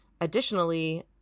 Additionally